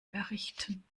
errichten